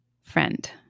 Friend